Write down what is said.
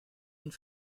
und